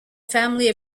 family